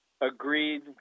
agreed